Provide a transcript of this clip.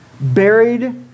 buried